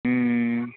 ம்ம்ம்